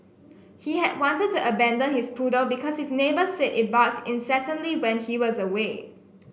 he had wanted to abandon his poodle because his neighbours said it barked incessantly when he was away